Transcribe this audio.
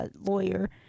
lawyer